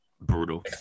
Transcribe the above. Brutal